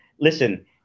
listen